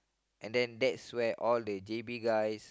and then that's when all the J_B guys